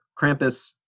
Krampus